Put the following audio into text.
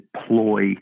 deploy